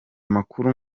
makuru